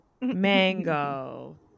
mango